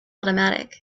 automatic